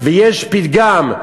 ויש פתגם,